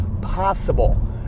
possible